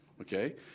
okay